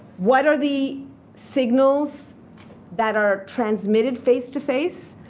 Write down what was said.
what are the signals that are transmitted face-to-face?